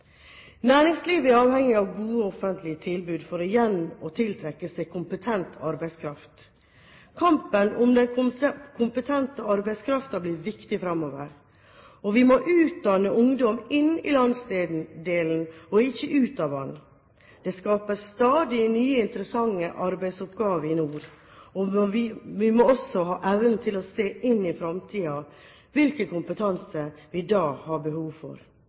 Næringslivet er avhengig av gode offentlige tilbud for igjen å tiltrekke seg kompetent arbeidskraft. Kampen om den kompetente arbeidskraften blir viktig framover. Vi må utdanne ungdom inn i landsdelen og ikke ut av den. Det skapes stadig nye interessante arbeidsoppgaver i nord, og vi må også ha evnen til å se inn i fremtiden og hvilken kompetanse vi da vil ha behov for.